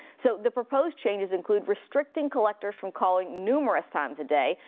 so the proposed changes include restricting collectors from calling numerous times a day,